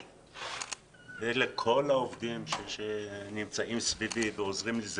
ולכל העובדים שנמצאים סביבי ועוזרים לי.